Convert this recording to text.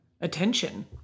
attention